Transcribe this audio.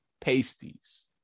pasties